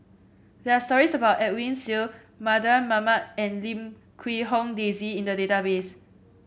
there are stories about Edwin Siew Mardan Mamat and Lim Quee Hong Daisy in the database